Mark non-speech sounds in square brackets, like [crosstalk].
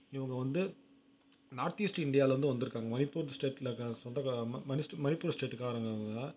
இவங்க வந்து north east இண்டியாலிருந்து வந்துருக்காங்க மணிப்பூர் ஸ்டேட்டில் [unintelligible] சொந்தக்காரம்மாக மணிஸ்ட் மணிப்பூர் ஸ்டேட்காரவங்க இவங்க